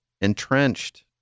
entrenched